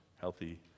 healthy